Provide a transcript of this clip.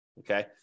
Okay